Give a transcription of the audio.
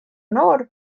noor